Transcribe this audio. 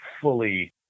fully